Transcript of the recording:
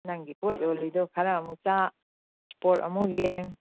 ꯅꯪꯒꯤ ꯄꯣꯠ ꯌꯣꯜꯂꯤꯗꯣ ꯈꯔ ꯑꯃꯨꯛ ꯆꯥ ꯁ꯭ꯄꯣꯔꯠ ꯑꯃꯨꯛ ꯌꯦꯡ